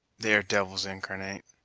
they are devils incarnate!